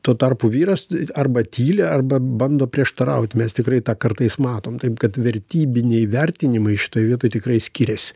tuo tarpu vyras arba tyli arba bando prieštaraut mes tikrai tą kartais matom taip kad vertybiniai vertinimai šitoj vietoj tikrai skiriasi